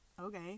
Okay